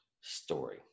story